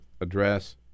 address